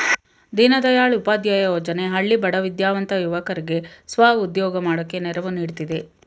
ದೀನದಯಾಳ್ ಉಪಾಧ್ಯಾಯ ಯೋಜನೆ ಹಳ್ಳಿ ಬಡ ವಿದ್ಯಾವಂತ ಯುವಕರ್ಗೆ ಸ್ವ ಉದ್ಯೋಗ ಮಾಡೋಕೆ ನೆರವು ನೀಡ್ತಿದೆ